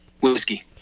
Whiskey